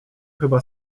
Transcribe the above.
chyba